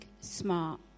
smart